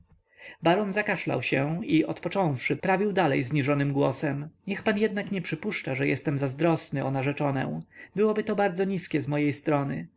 baron zakaszlał się i odpocząwszy prawił dalej zniżonym głosem niech pan jednak nie przypuszcza że jestem zazdrosny o narzeczonę byłoby to bardzo niskie z mojej strony